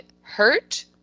hurt